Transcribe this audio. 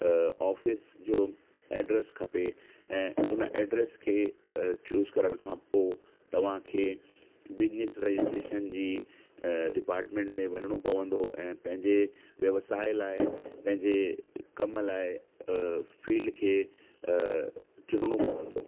office जो address खपे ऐं हुन एड्रेस खे चूस करण खां पोइ तव्हांखे बिजिनिस रजिस्ट्रेशन जी डिपाटमेंट में वञिणो पवंदो ऐं पंहिंजे व्यवसाय लाइ पंहिंजे कम लाइ फील्ड खे चुनिणो पवंदो